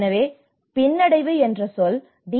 எனவே பின்னடைவு என்ற சொல் டி